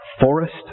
forest